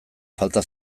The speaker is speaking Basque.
falta